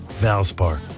Valspar